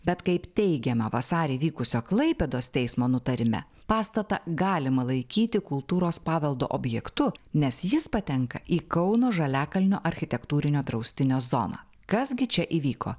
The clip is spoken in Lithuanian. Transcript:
bet kaip teigiama vasarį vykusio klaipėdos teismo nutarime pastatą galima laikyti kultūros paveldo objektu nes jis patenka į kauno žaliakalnio architektūrinio draustinio zoną kas gi čia įvyko